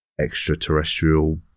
extraterrestrial